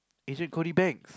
Agent-Cody-Banks